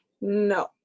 No